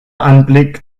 anblick